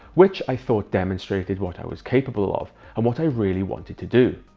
which i thought demonstrated what i was capable of and what i really wanted to do.